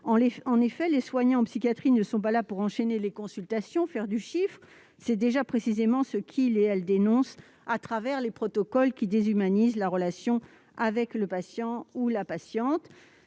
En effet, les soignants en psychiatrie ne sont pas là pour enchaîner les consultations et faire du chiffre. C'est déjà, précisément, ce qu'ils dénoncent au sujet de protocoles qui déshumanisent la relation avec le patient. C'est